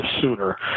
sooner